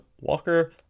Walker